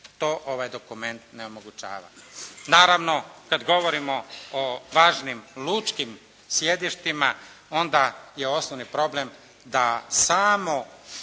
to ovaj dokument ne omogućava. Naravno kada govorimo o važnim lučkim sjedištima onda je osnovni problem da samo